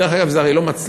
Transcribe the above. דרך אגב, זה הרי לא מצליח.